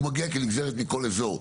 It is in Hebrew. הוא מגיע כנגזרת מכל אזור.